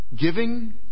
giving